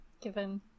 given